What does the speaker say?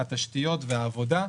התשתיות והעבודה.